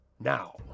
now